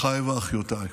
אחיי ואחיותיי,